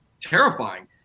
terrifying